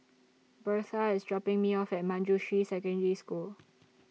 Birtha IS dropping Me off At Manjusri Secondary School